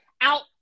out